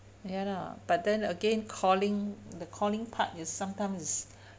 ya lah but then again calling the calling part is sometimes is